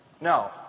No